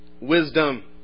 Wisdom